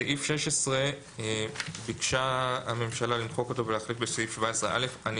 את סעיף 16 ביקשה הממשלה למחוק ולהחליף בסעיף 17א. אני